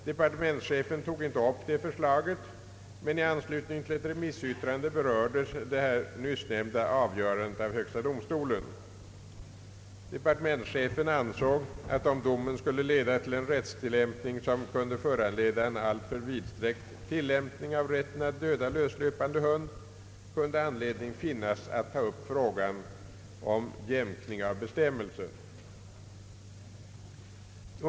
Departementschefen tog inte upp det förslaget, men i anslutning till ett remissyttrande berördes högsta domstolens nyss nämnda avgörande. Departementschefen ansåg att om domen skulle föranleda en alltför vidsträckt tillämpning av rätten att döda löslöpande hund kunde anledning finnas att ta upp frågan om jämkning av bestämmelsen.